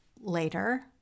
later